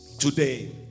Today